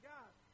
God